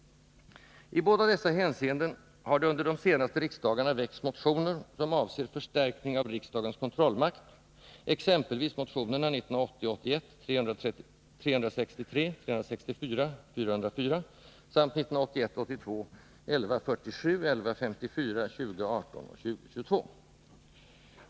I båda dessa hänseenden har det under de senaste riksmötena väckts motioner som avser förstärkning av riksdagens kontrollmakt, exempelvis motionerna 1980 82:1147, 1154, 2018 och 2022.